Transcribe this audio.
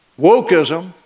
Wokeism